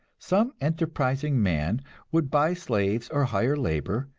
some enterprising man would buy slaves, or hire labor,